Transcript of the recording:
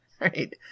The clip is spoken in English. right